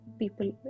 people